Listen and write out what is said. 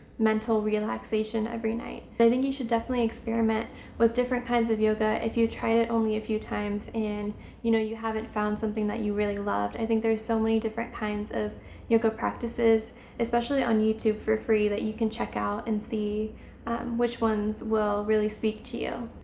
mental relaxation every night. but i think you should definitely experiment with different kinds of yoga if you've tried it only a few times and you know you haven't found something that you really love. i think there's so many different kinds of yoga practices especially on youtube for free that you can check out and see which ones will really speak to you.